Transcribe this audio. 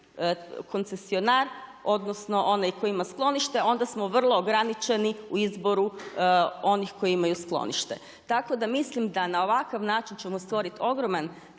koncesionar odnosno onaj koji ima sklonište onda smo vrlo ograničeni u izboru onih koji imaju sklonište. Tako da mislim da na ovakav način ćemo stvoriti ogroman